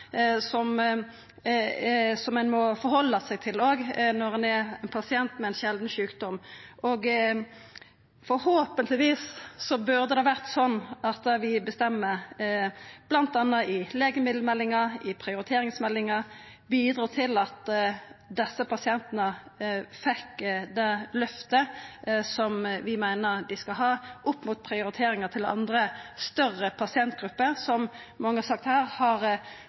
som ein òg må halda seg til når ein er pasient med ein sjeldan sjukdom. Forhåpentlegvis vil det vera slik at det vi bestemmer i samband med bl.a. legemiddelmeldinga og prioriteringsmeldinga, bidreg til at desse pasientane får det løftet vi meiner dei skal ha opp mot andre, større pasientgrupper som – som mange har sagt her – kanskje er sterkare talspersonar sjølve, har sterkare pasientorganisasjonar i ryggen og har